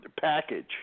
Package